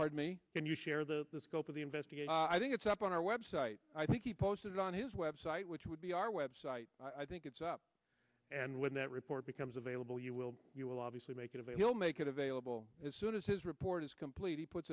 pardon me can you share the the scope of the investigation i think it's up on our website i think he posted on his website which would be our web site i think it's up and when that report becomes available you will you will obviously making of a he will make it available as soon as his report is complete he puts